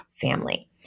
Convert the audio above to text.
family